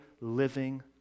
living